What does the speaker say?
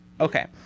Okay